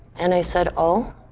and i said, oh?